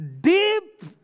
deep